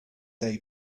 day